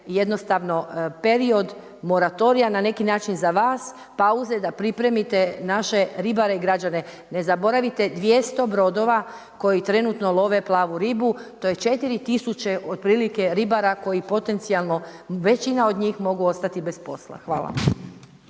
jednostavno period moratorija na neki način za vas pauze da pripremite naše ribare i građane. Ne zaboravite 200 brodova koji trenutno love plavu ribu, to je 4000 otprilike ribara koji potencijalno većina od njih mogu ostati bez posla. Hvala.